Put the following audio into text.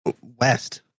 west